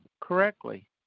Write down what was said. correctly